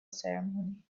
ceremony